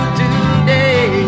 today